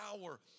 power